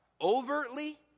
overtly